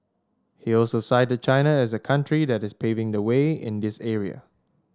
he also cited China as a country that is paving the way in this area